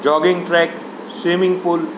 jogging trek swimming pool